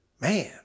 man